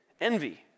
envy